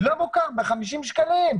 לא מוכר ומדובר ב-60 שקלים.